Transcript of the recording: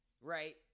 right